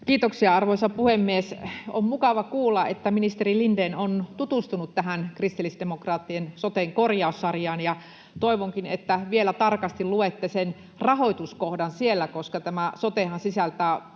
Kiitoksia, arvoisa puhemies! On mukava kuulla, että ministeri Lindén on tutustunut kristillisdemokraattien ”soten korjaussarjaan”, ja toivonkin, että vielä tarkasti luette sieltä rahoituskohdan, koska sotehan sisältää vakavia